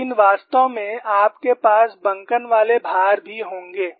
लेकिन वास्तव में आपके पास बंकन वाले भार भी होंगे